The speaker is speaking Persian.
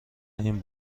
این